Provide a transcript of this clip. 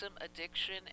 addiction